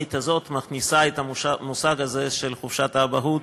המהפכנית הזאת מכניסה את המושג הזה של חופשת האבהות